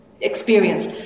experience